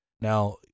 Now